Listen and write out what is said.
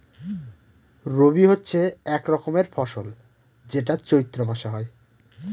রবি হচ্ছে এক রকমের ফসল যেটা চৈত্র মাসে হয়